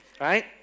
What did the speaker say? Right